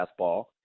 fastball